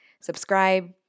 subscribe